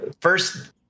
first